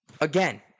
again